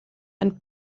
and